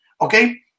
Okay